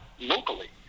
locally